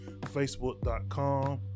facebook.com